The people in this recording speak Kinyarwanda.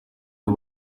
uyu